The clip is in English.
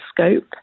scope